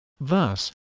Thus